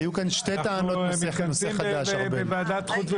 היו כאן שתי טענות נושא חדש, ארבל.